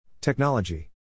Technology